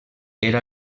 era